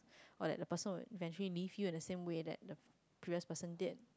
what that the person will inventory need you at the same way that a previous person did